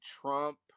Trump